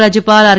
ઉપરાજ્યપાલ આર